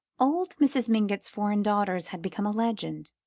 old mrs. mingott's foreign daughters had become a legend.